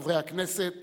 חברי הכנסת,